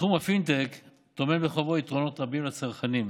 תחום הפינטק טומן בחובו יתרונות רבים לצרכנים,